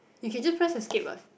you can just press a skip what